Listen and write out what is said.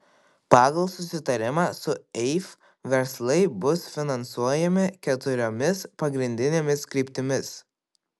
pagal susitarimą su eif verslai bus finansuojami keturiomis pagrindinėmis kryptimis